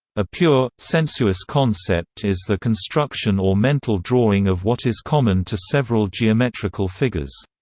a pure, sensuous concept is the construction or mental drawing of what is common to several geometrical figures.